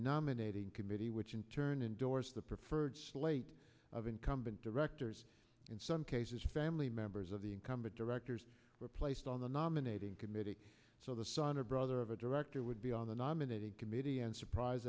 nominating committee which in turn indoors the preferred slate of incumbent directors in some cases family members of the incumbent directors were placed on the nominating committee so the son or brother of a director would be on the nominating committee and surprise